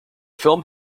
film